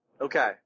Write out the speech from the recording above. Okay